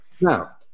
Now